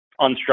unstructured